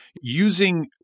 using